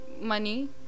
money